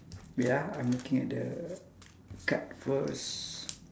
wait ah I'm looking at the card first